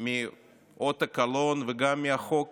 מאות הקלון וגם מהחוק